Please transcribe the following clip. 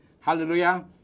Hallelujah